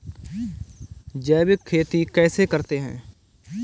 जैविक खेती कैसे करते हैं?